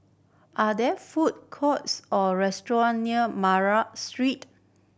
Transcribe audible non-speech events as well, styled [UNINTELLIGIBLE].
are there food courts or restaurant near [UNINTELLIGIBLE] Street